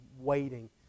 waiting